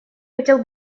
хотел